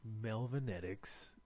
Melvinetics